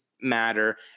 matter